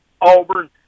Auburn